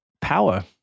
power